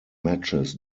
matches